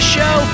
Show